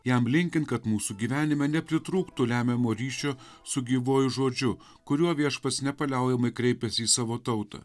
jam linkint kad mūsų gyvenime nepritrūktų lemiamo ryšio su gyvuoju žodžiu kuriuo viešpats nepaliaujamai kreipiasi į savo tautą